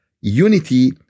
unity